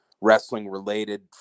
wrestling-related